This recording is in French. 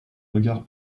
regard